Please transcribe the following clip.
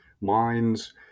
mines